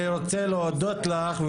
אני רוצה להודות לך.